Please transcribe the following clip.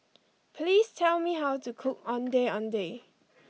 please tell me how to cook Ondeh Ondeh